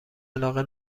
علاقه